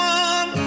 one